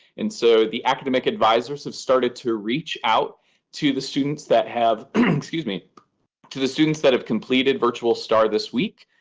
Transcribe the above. and so the academic advisers have started to reach out to the students that have excuse me to the students that have completed virtual star this week.